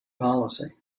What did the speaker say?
policy